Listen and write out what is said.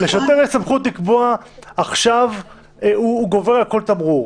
אבל לשוטר יש סמכות לקבוע שהוא גובר על כל תמרור.